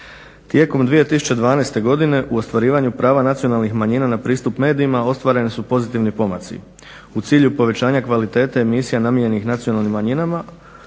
Tijekom 2012. godine u ostvarivanju prava nacionalnih manjina na pristup medijima ostvareni su pozitivni pomaci u cilju povećanja kvalitete emisija namijenjenih nacionalnim manjinama.